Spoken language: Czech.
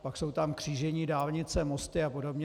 Pak jsou tam křížení dálnice mosty apod.